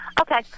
Okay